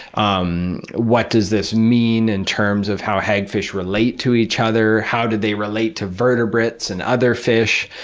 um what does this mean in terms of how hagfish relate to each other? how did they relate to vertebrates and other fish?